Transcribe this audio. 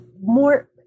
more